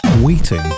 Waiting